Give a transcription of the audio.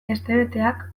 hestebeteak